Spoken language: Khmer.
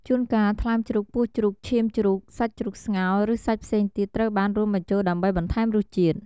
ជួនកាល ថ្លើមជ្រូក ពោះជ្រូក ឈាមជ្រូក សាច់ជ្រូកស្ងោរ ឬសាច់ផ្សេងទៀតត្រូវបានរួមបញ្ចូលដើម្បីបន្ថែមរសជាតិ។